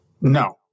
No